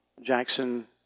Jackson